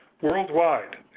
worldwide